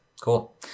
Cool